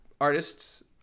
artists